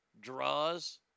Draws